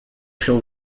feel